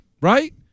right